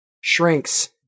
shrinks